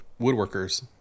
woodworkers